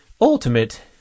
ultimate